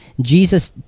Jesus